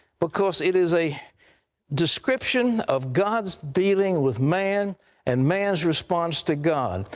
because it is a description of god's dealing with man and man's response to god.